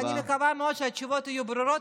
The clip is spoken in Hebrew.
ואני מקווה מאוד שהתשובות יהיו ברורות,